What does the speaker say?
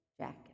jacket